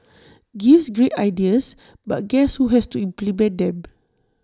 gives great ideas but guess who has to implement them